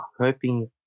hoping